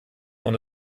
und